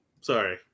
Sorry